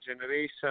generation